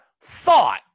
thought